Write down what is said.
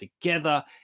together